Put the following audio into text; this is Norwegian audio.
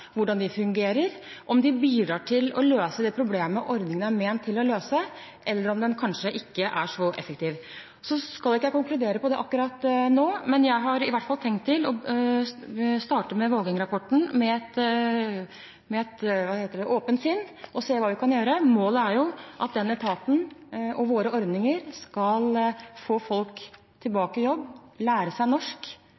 hvordan de fungerer, og om de bidrar til å løse det problemet ordningene er ment å skulle løse, eller om de kanskje ikke er så effektive. Jeg skal ikke konkludere på det akkurat nå, men jeg har i hvert fall tenkt å starte arbeidet med Vågeng-rapporten med et åpent sinn og se hva vi kan gjøre. Målet er at den etaten og våre ordninger skal få folk tilbake i jobb, til å lære seg norsk,